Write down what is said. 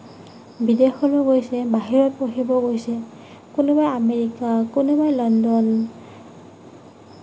বিদেশলৈ গৈছে বাহিৰত পঢ়িব গৈছে কোনোবা আমেৰিকা কোনোবা লণ্ডন